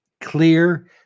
clear